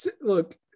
look